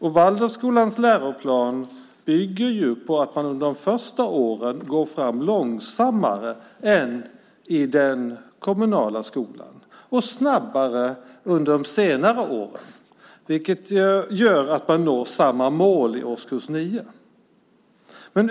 I Waldorfskolans läroplan ligger att man de första åren går långsammare än i den kommunala skolan och snabbare under de senare åren. Det gör att man når samma mål i årskurs 9.